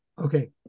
Okay